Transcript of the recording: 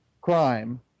crime